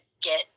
get